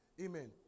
Amen